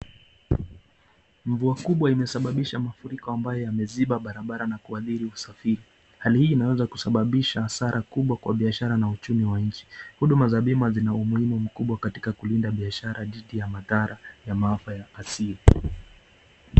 Mvua kubwa imesababisha mafuriko ambayo imeziba barabara na kuathiri usafiri, hali inaweza kusababisha hasara kubwa kwa biashara na uchumi wa nchi, huduma za bima zina umuhimu mkubwa katika kulinda biashara dhidi ya madhara ya maafa ya asili.